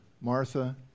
Martha